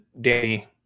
Danny